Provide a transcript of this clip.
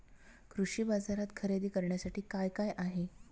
कृषी बाजारात खरेदी करण्यासाठी काय काय आहे?